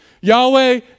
Yahweh